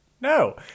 no